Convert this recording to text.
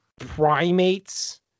primates